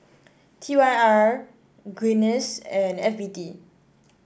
T Y R Guinness and F B T